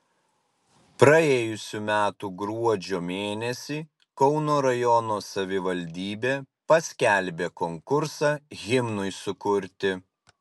praėjusių metų gruodžio mėnesį kauno rajono savivaldybė paskelbė konkursą himnui sukurti